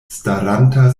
staranta